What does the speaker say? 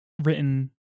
written